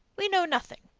we know nothing.